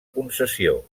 concessió